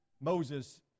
Moses